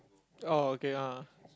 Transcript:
oh okay ah